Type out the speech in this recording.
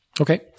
Okay